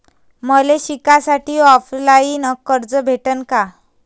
मले शिकासाठी ऑफलाईन कर्ज भेटन का?